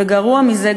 וגרוע מזה,